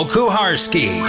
Kuharski